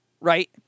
right